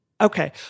Okay